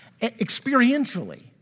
experientially